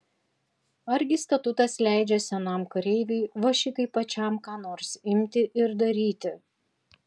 argi statutas leidžia senam kareiviui va šitaip pačiam ką nors imti ir daryti